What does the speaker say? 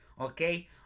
Okay